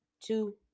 two